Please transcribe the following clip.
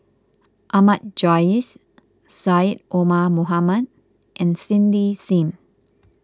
Ahmad Jais Syed Omar Mohamed and Cindy Sim